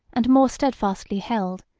and more steadfastly held,